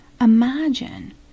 Imagine